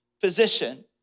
position